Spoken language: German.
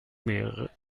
mehrerer